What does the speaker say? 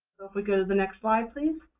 we go to the next slide, please.